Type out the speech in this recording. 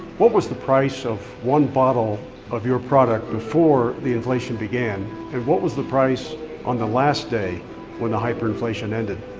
what was the price of one bottle of your product before the inflation began, and what was the price on the last day when the hyperinflation ended?